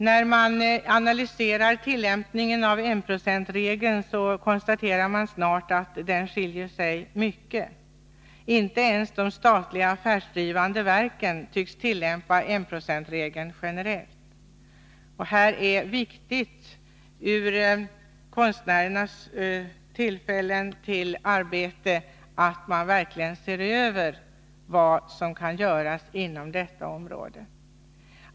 När man analyserar tillämpningen av enprocentsregeln, konstaterar man snart att den tillämpas mycket olika. Inte ens de statliga affärsdrivande verken tycks tillämpa den generellt. Det är viktigt med hänsyn till konstnärernas tillfällen till arbete att man verkligen ser över vad som kan göras inom detta område.